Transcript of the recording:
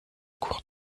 cours